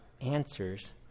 answers